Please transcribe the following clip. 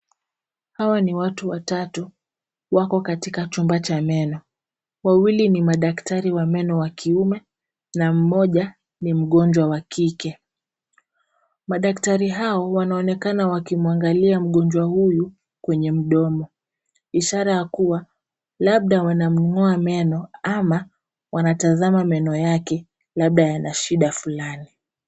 Hawa ni watu watatu. Wako katika chumba cha meno. Wawili ni madaktari wa meno wa kiume na mmoja ni mgonjwa wa kike. Madaktari hao wanaonekana wakimwangalia mgonjwa huyu kwenye mdomo ishara ya kuwa labda wanamng'oa meno ama wanatazama meno yake labda yana shida fulani.